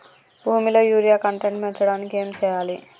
భూమిలో urea content పెంచడానికి ఏం చేయాలి?